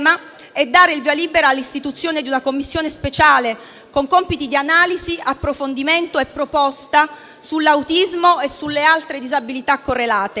e dare il via libera all'istituzione di una Commissione speciale, con compiti di analisi, approfondimento e proposta sull'autismo e sulle altre disabilità correlate.